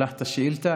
שלחת שאילתה,